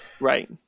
Right